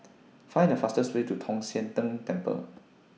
Find The fastest Way to Tong Sian Tng Temple